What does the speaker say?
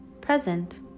present